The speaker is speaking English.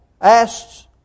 asks